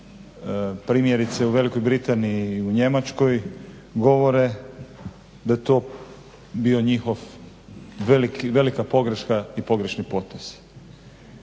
primjerice u Velikoj Britaniji i u Njemačkoj govore da je to bio njihov, velika pogreška i pogrešni potez.